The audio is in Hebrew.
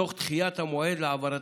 תוך דחיית המועד להעברתה,